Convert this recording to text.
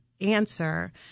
answer